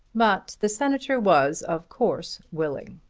but the senator was of course willing.